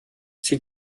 sie